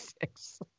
six